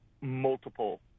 multiple